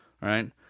right